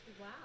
Wow